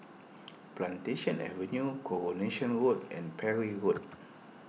Plantation Avenue Coronation Road and Parry Road